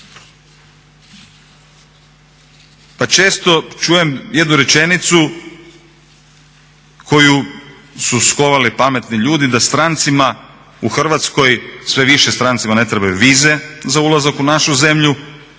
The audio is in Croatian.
Pa često čujem jednu rečenicu koju su skovali pametni ljudi, da strancima u Hrvatskoj sve više strancima ne trebaju vize za ulazak u našu zemlju